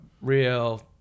real